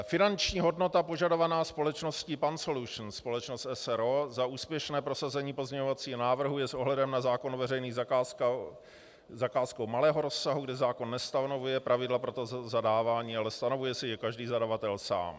Finanční hodnota požadovaná společností PAN Solutions spol. s r. o. za úspěšné prosazení pozměňovacího návrhu je s ohledem na zákon o veřejných zakázkách zakázkou malého rozsahu, kde zákon nestanovuje pravidla pro toto zadávání, ale stanovuje si je každý zadavatel sám.